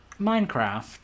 Minecraft